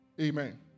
Amen